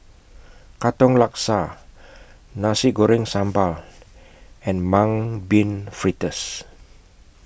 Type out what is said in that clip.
Katong Laksa Nasi Goreng Sambal and Mung Bean Fritters